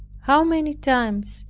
how many times,